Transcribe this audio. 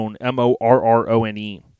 M-O-R-R-O-N-E